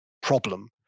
problem